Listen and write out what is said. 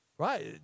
right